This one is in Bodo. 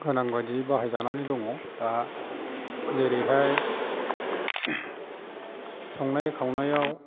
गोनां बादियै बाहायजानानै दङ दा जेरैहाय संनाय खावनायाव